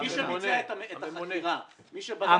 מי שביצע את החקירה, מי שבדק.